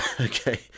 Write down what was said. Okay